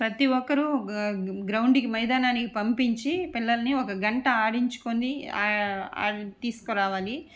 ప్రతి ఒక్కరు గ్రౌండ్కి మైదానానికి పంపించి పిల్లలని ఒక గంట ఆడించుకొని తీసుకురావాలి